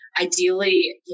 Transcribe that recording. Ideally